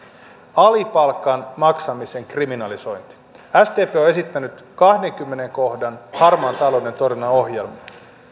alipalkan maksamisen kriminalisointi sdp on on esittänyt kahdennenkymmenennen kohdan harmaan talouden torjunnan ohjelmaa